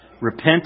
Repent